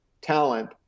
talent